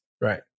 Right